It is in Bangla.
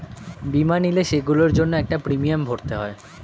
বীমা নিলে, সেগুলোর জন্য একটা প্রিমিয়াম ভরতে হয়